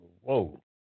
Whoa